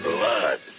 Blood